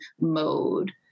mode